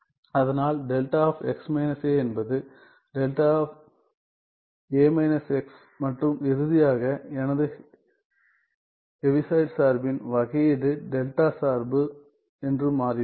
அதனால் δx − a என்பது δa − x மற்றும் இறுதியாக எனது ஹெவிசைட் சார்பின் வகையீடு டெல்டா சார்பு என்று மாறிவிடும்